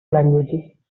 languages